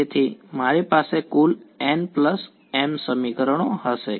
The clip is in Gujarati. તેથી મારી પાસે કુલ nm સમીકરણો હશે